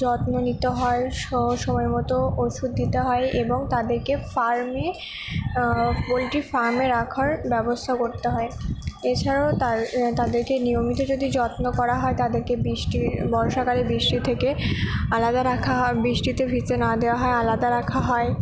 যত্ন নিতে হয় সময় মতো ওষুধ দিতে হয় এবং তাদেরকে ফার্মে পোলট্রি ফার্মে রাখার ব্যবস্থা করতে হয় এছাড়াও তাদেরকে নিয়মিত যদি যত্ন করা হয় তাদেরকে বৃষ্টি বর্ষাকালে বৃষ্টির থেকে আলাদা রাখা হয় বৃষ্টিতে ভিজতে না দেওয়া হয় আলাদা রাখা হয়